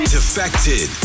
defected